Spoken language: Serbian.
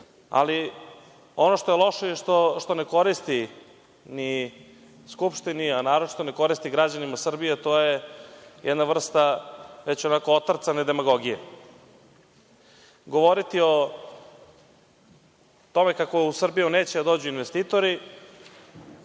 Ali, ono što je loše i što ne koristi ni Skupštini, a naročito ne koristi građanima Srbije, to je jedna vrsta već onako otrcane demagogije. Govoriti o tome kako u Srbiju neću da dođu investitori,